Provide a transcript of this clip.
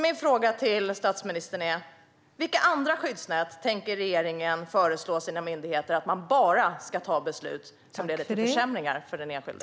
Min fråga till statsministern är: Vilka andra skyddsnät tänker regeringen föreslå sina myndigheter att man bara ska ta beslut om ifall de leder till försämringar för den enskilde?